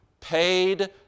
paid